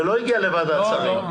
זה עוד לא הגיע לוועדת השרים לחקיקה.